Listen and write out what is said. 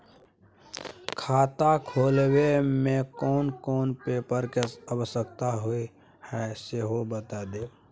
खाता खोलैबय में केना कोन पेपर के आवश्यकता होए हैं सेहो बता देब?